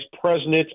president